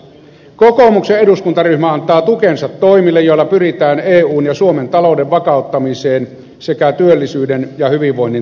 kokoomuksen eduskuntaryhmä antaa tukensa toimille joilla pyritään eun ja suomen talouden vakauttamiseen sekä työllisyyden ja hyvinvoinnin turvaamiseen